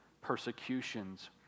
persecutions